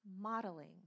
modeling